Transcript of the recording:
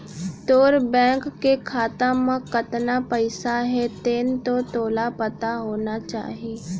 तोर बेंक के खाता म कतना पइसा हे तेन तो तोला पता होना चाही?